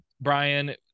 Brian